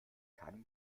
kann